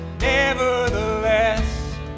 nevertheless